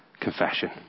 Confession